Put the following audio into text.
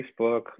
Facebook